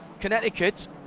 Connecticut